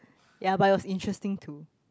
ya but it was interesting too